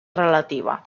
relativa